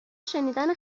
شنیدن